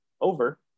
over